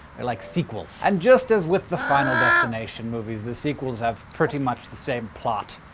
they're like sequels. and just as with the final destination movies, the sequels have pretty much the same plot,